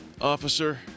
Officer